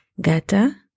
Gata